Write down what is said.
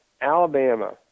Alabama